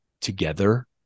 together